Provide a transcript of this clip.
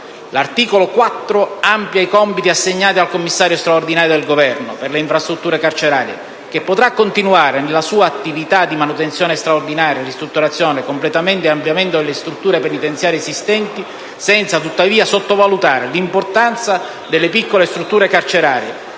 L'articolo 4 amplia i compiti assegnati al commissario straordinario del Governo per le infrastrutture carcerarie, che potrà continuare nella sue attività di manutenzione straordinaria, ristrutturazione, completamento e ampliamento delle strutture penitenziarie esistenti, senza tuttavia sottovalutare l'importanza delle piccole strutture carcerarie,